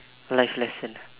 life lesson